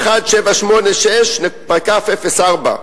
11786/04,